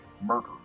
murder